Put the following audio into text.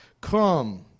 come